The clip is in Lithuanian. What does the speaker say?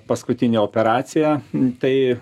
paskutinė operacija tai